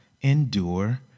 endure